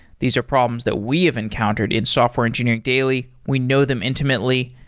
these are problems that we have encountered in software engineering daily. we know them intimately,